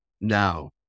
now